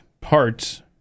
parts